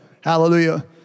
Hallelujah